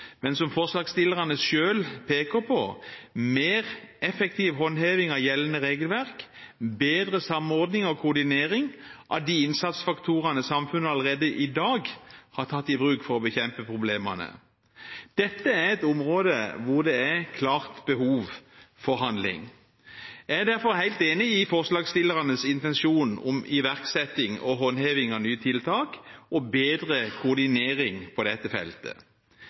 men som forslagsstillerne selv peker på, etter mer effektiv håndheving av gjeldende regelverk, og bedre samordning og koordinering av de innsatsfaktorene samfunnet allerede i dag har tatt i bruk for å bekjempe problemene. Dette er et område hvor det er et klart behov for handling. Jeg er derfor helt enig i forslagsstillernes intensjon om iverksetting og håndheving av nye tiltak og bedre koordinering på dette feltet.